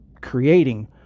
creating